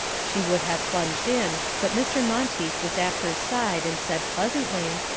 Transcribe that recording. she would have plunged in, but mr. monteith was at her side and said pleasantly,